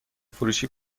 فروشی